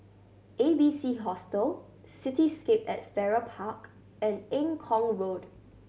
A B C Hostel Cityscape at Farrer Park and Eng Kong Road